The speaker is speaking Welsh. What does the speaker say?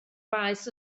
faes